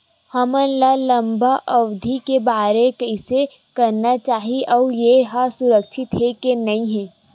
हमन ला लंबा अवधि के बर कइसे करना चाही अउ ये हा सुरक्षित हे के नई हे?